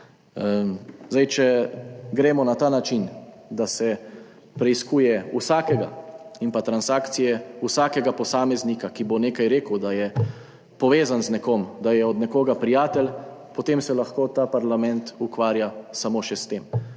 imela. Če gremo na ta način, da se preiskuje vsakega in transakcije vsakega posameznika, ki bo nekaj rekel, da je povezan z nekom, da je od nekoga prijatelj, potem se lahko ta parlament ukvarja samo še s tem.